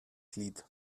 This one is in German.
glied